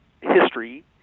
history